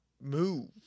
move